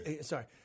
Sorry